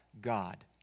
God